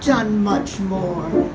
john much more